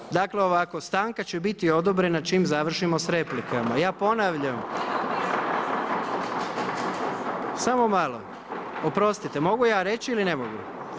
Dobro, dakle ovako, stanka će biti odobrena čim završimo s replikama, ja ponavljam, samo malo, oprostite, mogu ja reći ili ne mogu?